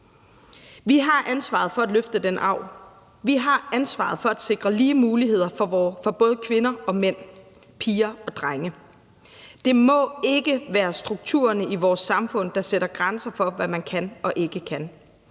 Vi har ansvaret for at løfte den arv. Vi har ansvaret for at sikre lige muligheder for både kvinder og mænd og piger og drenge. Det må ikke være strukturen i vores samfund, der sætter grænser for, hvad man kan og ikke kan.